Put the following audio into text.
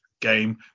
game